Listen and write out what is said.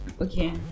okay